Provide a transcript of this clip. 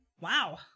Wow